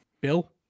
Bill